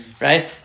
Right